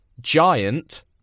Giant